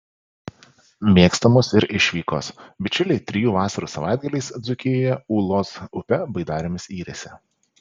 mėgstamos ir išvykos bičiuliai trijų vasarų savaitgaliais dzūkijoje ūlos upe baidarėmis yrėsi